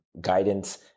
guidance